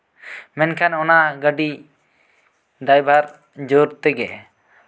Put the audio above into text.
ᱢᱮᱱᱠᱷᱟᱱ ᱚᱱᱟ ᱜᱟᱹᱰᱤ ᱰᱟᱭᱵᱟᱨ ᱡᱳᱨ ᱛᱮᱜᱮ